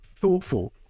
thoughtful